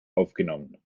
aufgenommen